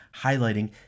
highlighting